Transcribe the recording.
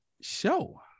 show